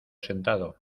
sentado